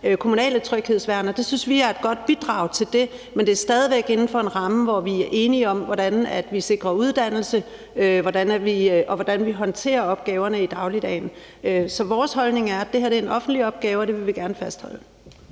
kommunale tryghedsværn, og det synes vi er et godt bidrag til det, men det er stadig væk inden for en ramme, hvor vi er enige om, hvordan vi sikrer uddannelse, og hvordan vi håndterer opgaverne i dagligdagen. Så vores holdning er, at det her er en offentlig opgave, og det vil vi gerne fastholde.